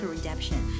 Redemption